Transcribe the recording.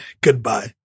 goodbye